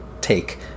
take